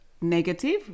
negative